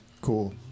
Cool